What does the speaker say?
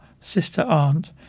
sister-aunt